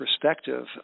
perspective